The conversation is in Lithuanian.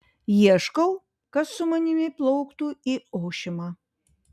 ieškau kas su manimi plauktų į ošimą